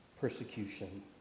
persecution